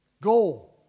go